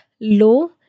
low